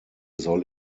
soll